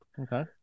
Okay